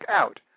out